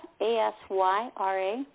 A-S-Y-R-A